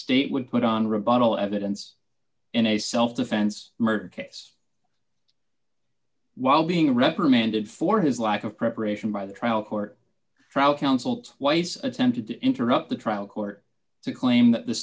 state would put on rebuttal evidence in a self defense murder case while being reprimanded for his lack of preparation by the trial court trial counsel twice attempted to interrupt the trial court to claim that the